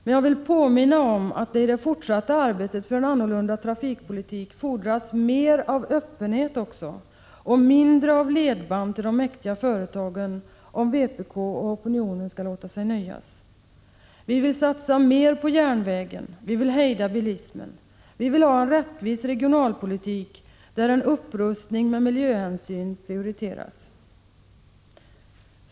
Men jag vill påminna om att det i det fortsatta arbetet för en annorlunda trafikpolitik fordras mer öppenhet och mindre av ledband till de mäktigaste företagen om vpk och opinionen skall låta sig nöja. Vi vill satsa mer på järnvägen, vi vill hejda bilismen. Vi vill ha en rättvis regionalpolitik, där en upprustning med miljöhänsyn prioriteras.